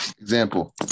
example